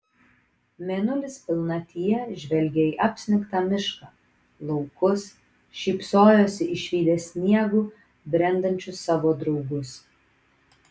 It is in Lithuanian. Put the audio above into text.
mėnulis pilnatyje žvelgė į apsnigtą mišką laukus šypsojosi išvydęs sniegu brendančius savo draugus